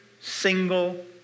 single